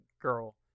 girl